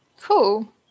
cool